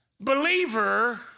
believer